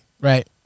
Right